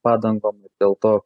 padangom dėl to